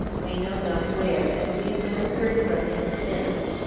we know not where, and we have never heard from him since.